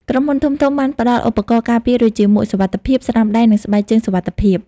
ក្រុមហ៊ុនធំៗបានផ្តល់ឧបករណ៍ការពារដូចជាមួកសុវត្ថិភាព ស្រោមដៃ និងស្បែកជើងសុវត្ថិភាព។